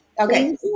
okay